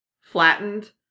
flattened